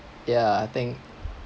ya I think